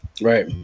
right